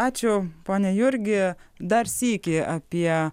ačiū pone jurgi dar sykį apie